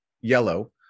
Yellow